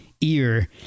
ear